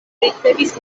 ricevis